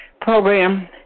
program